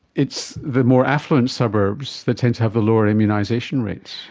it's the more affluent suburbs that tend to have the lower immunisation rates.